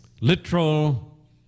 literal